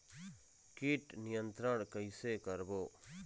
कीट नियंत्रण कइसे करबो?